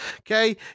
Okay